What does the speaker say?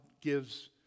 gives